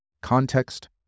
Context